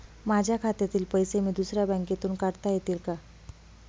माझ्या खात्यातील पैसे मी दुसऱ्या बँकेतून काढता येतील का?